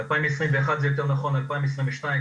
בשנת 2021-2022,